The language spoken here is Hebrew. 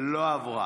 60 לא עברה.